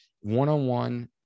one-on-one